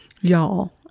Y'all